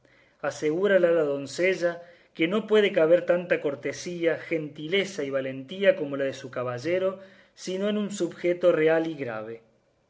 asegúrala la doncella que no puede caber tanta cortesía gentileza y valentía como la de su caballero sino en subjeto real y grave